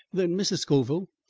then, mrs. scoville,